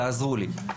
תעזרו לי.